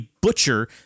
butcher